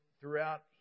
throughout